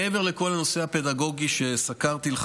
מעבר לכל הנושא הפדגוגי שסקרתי לך,